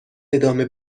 ادامه